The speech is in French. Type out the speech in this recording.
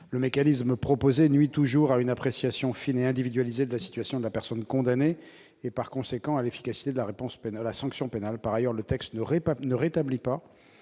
le mécanisme proposé nuit toujours à une appréciation fine et individualisée de la situation de la personne condamnée, ainsi que, par conséquent à l'efficacité de la sanction pénale. Par ailleurs, le texte ne rétablit pas